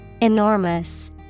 Enormous